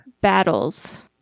Battles